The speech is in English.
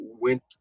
went